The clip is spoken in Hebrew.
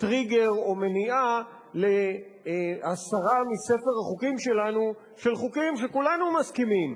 טריגר או מניעה להסיר מספר החוקים שלנו חוקים שכולנו מסכימים,